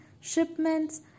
shipments